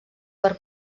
per